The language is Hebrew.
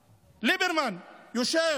ליברמן, יושב,